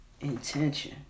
Intention